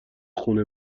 خونه